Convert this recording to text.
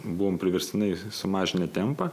buvom priverstinai sumažinę tempą